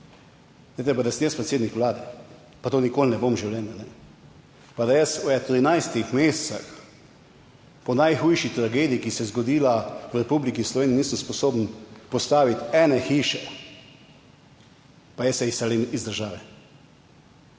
jaz predsednik Vlade, pa to nikoli ne bom v življenju, kajne, pa da jaz v 13 mesecih po najhujši tragediji, ki se je zgodila v Republiki Sloveniji, nisem sposoben postaviti ene hiše, pa jaz se izselim iz države.